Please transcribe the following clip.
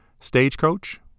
Stagecoach